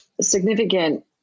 significant